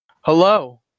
Hello